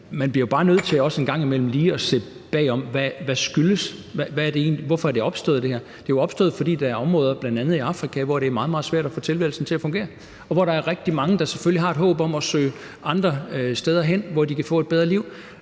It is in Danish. bag om det, så man finder ud af, hvorfor det her egentlig er opstået. Det er jo opstået, fordi der er områder, bl.a. i Afrika, hvor det er meget, meget svært at få tilværelsen til at fungere, og hvor der er rigtig mange, der selvfølgelig har et håb om at søge andre steder hen, hvor de kan få et bedre liv